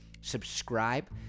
subscribe